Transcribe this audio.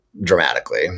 dramatically